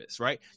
right